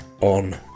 on